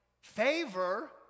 Favor